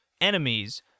enemies